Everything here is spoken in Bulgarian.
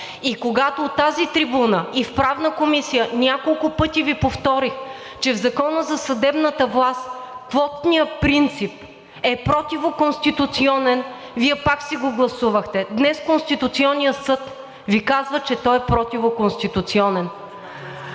Когато от тази трибуна и в Правната комисия няколко пъти Ви повторих, че в Закона за съдебната власт квотният принцип е противоконституционен, Вие пак си го гласувахте. Днес Конституционният съд Ви казва, че той е противоконституционен.